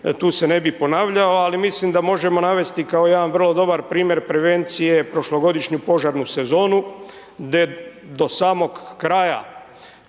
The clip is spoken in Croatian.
tu se ne bih ponavljao, ali mislim da možemo navesti kao jedan vrlo dobar primjer prevencije prošlogodišnju požarnu sezonu gdje do samog kraja,